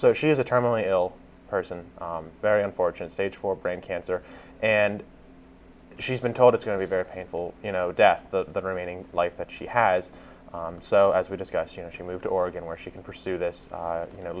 so she is a terminally ill person very unfortunate stage for brain cancer and she's been told it's going to be very painful you know death the remaining life that she has so as we discussed you know she moved to oregon where she can pursue this you know